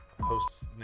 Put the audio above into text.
hosts